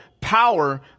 power